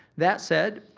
that said,